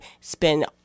spend